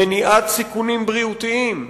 מניעת סיכונים בריאותיים,